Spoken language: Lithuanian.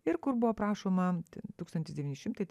ir kur buvo aprašoma tūktantis devyni šimtai